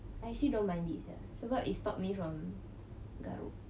I actually don't mind it sia sebab it stop me from garuk